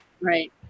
Right